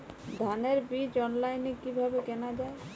ধানের বীজ অনলাইনে কিভাবে কেনা যায়?